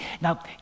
Now